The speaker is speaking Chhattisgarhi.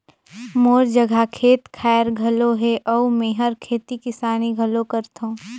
मोर जघा खेत खायर घलो हे अउ मेंहर खेती किसानी घलो करथों